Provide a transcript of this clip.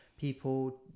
people